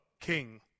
king